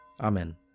Amen